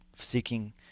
seeking